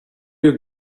you